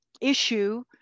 issue